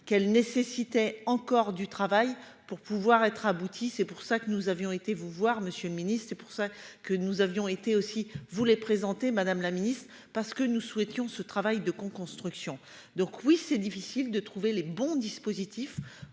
qu'elle nécessitait encore du travail pour pouvoir être abouti. C'est pour ça que nous avions été vous voir Monsieur le Ministre, c'est pour ça que nous avions été aussi voulait présenter Madame la Ministre parce que nous souhaitons, ce travail de construction. Donc oui c'est difficile de trouver les bons dispositifs